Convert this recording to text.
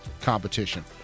competition